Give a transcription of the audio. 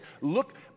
look